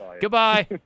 Goodbye